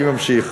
אני ממשיך.